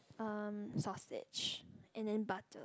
um sausage and then butter